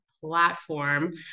platform